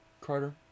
Carter